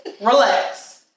Relax